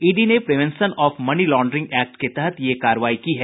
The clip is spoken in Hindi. ईडी ने prevention of money laundering act के तहत यह कार्रवाई की है